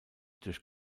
durch